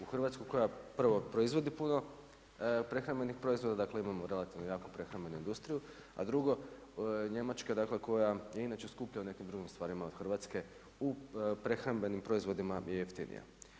U Hrvatskoj koja prvo proizvodi puno prehrambenih proizvoda, dakle imamo relativno jaku prehrambenu industriju, a drugo Njemačko dakle, koja je inače skuplja u nekim drugim stvarima od Hrvatske, u prehrambenim proizvodnima je jeftinija.